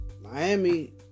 Miami